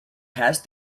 past